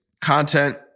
content